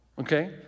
okay